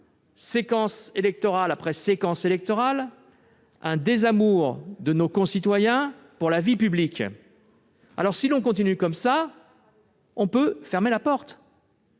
séquence électorale après séquence électorale, un désamour de nos concitoyens pour la vie publique. Si l'on continue comme ça, on peut fermer la porte